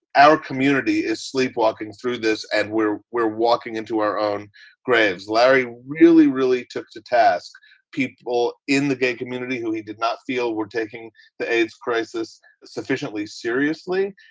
our community is sleepwalking through this and we're we're walking into our own graves. larry really, really took to task people in the gay community who he did not feel were taking the aids crisis sufficiently seriously.